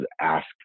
ask